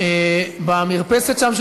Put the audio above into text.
במרפסת שם,